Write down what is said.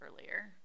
earlier